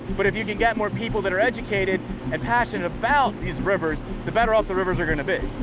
but if you could get more people that are educated and passionate about these rivers the better off the rivers are going to be.